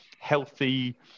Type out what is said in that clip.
healthy